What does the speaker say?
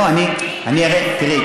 תראי,